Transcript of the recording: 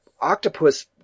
octopus